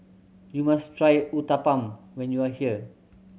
you must try Uthapam when you are here